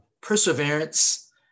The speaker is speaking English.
perseverance